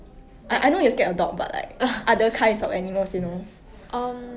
um